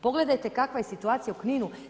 Pogledajte kakva je situaciju u Kninu.